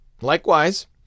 Likewise